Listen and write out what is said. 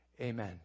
Amen